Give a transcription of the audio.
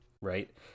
right